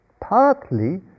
partly